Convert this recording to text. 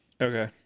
Okay